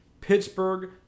Pittsburgh